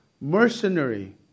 Mercenary